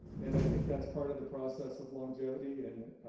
and i think that's part of the process of longevity and